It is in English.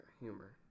humor